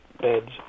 beds